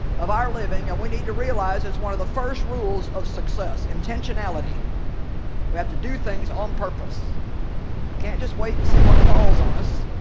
of our living and we need to realize it's one of the first rules of success intentionality we have to do things on purpose we can't just wait and see what falls on us.